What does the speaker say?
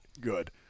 good